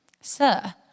Sir